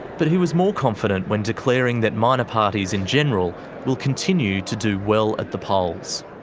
but he was more confident when declaring that minor parties in general will continue to do well at the polls.